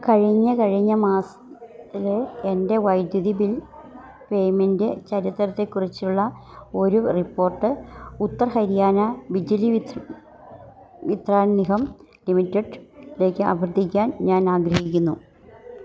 കഴിഞ്ഞ മാസത്തിലെ എൻ്റെ വൈദ്യുതി ബിൽ പേയ്മെൻ്റ് ചരിത്രത്തെക്കുറിച്ചുള്ള ഒരു റിപ്പോർട്ട് ഉത്തർ ഹരിയാന ബിജ്ലി വിത്രാൻ നിഗം ലിമിറ്റഡിലേക്ക് അഭ്യർത്ഥിക്കാൻ ഞാൻ ആഗ്രഹിക്കുന്നു